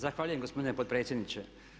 Zahvaljujem gospodine potpredsjedniče.